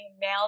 male